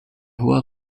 hoher